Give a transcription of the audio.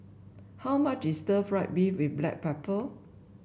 how much is Stir Fried Beef with Black Pepper